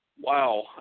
Wow